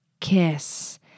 kiss